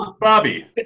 Bobby